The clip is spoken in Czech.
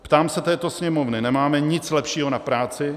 Ptám se této sněmovny: Nemáme nic lepšího na práci?